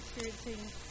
experiencing